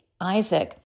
Isaac